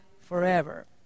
forever